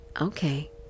Okay